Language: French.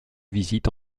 visite